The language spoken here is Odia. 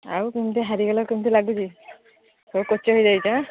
ଆଉ କେମିତି ହାରିଗଲା କେମିତି ଲାଗୁଛି ସବୁ କୋଚ ହେଇଯାଇଛ